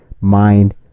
mind